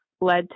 led